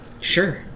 Sure